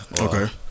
Okay